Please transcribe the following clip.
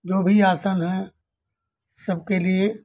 जो भी आसन है सबके लिए